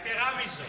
יתירה מזאת,